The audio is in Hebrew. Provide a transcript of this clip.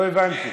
לא הבנתי.